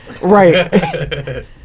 Right